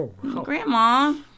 Grandma